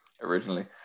originally